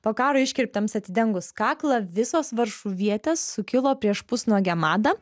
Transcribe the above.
po karo iškirptėms atidengus kaklą visos varšuvietės sukilo prieš pusnuogę madą